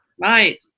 right